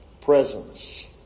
presence